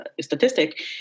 statistic